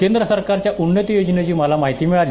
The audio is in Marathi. केंद्र सरकारच्या उन्नती योजनेची मला माहिती मिळाली